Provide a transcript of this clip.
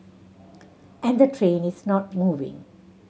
and the train is not moving